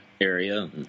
area